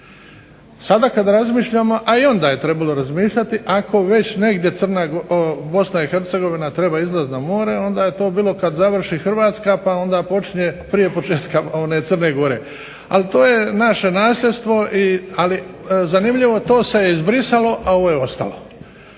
Sada kada razmišljamo a i onda je trebalo razmišljati ako već negdje BiH treba izlaziti na more, onda je to bilo kada završi Hrvatska, pa onda počinje prije početka Crne Gore. Ali to je naše nasljedstvo, ali zanimljivo to se izbrisalo a ovo je ostalo.